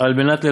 על מנת ללמד,